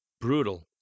Brutal